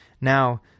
Now